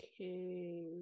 Okay